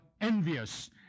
envious